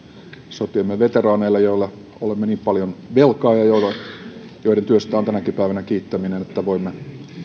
sotiemme veteraaneille joille olemme niin paljon velkaa ja joiden työtä on tänäkin päivänä kiittäminen siitä että voimme